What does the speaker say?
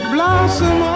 Blossom